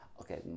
okay